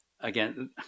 again